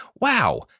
Wow